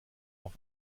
auf